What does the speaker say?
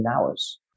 hours